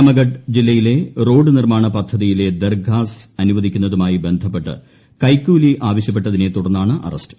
രാമഗഡ് ജില്ലയിലെ റോഡ് നിർമ്മാണ പദ്ധതിയിലെ ദർഘാസ് അനുവദിക്കുന്നതുമായി ബന്ധപ്പെട്ട് കൈക്കൂലി ആവശ്യപ്പെട്ടതിനെ തുടർന്നാണ് അറസ്റ്റ്